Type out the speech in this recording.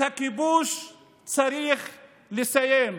את הכיבוש צריך לסיים.